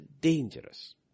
dangerous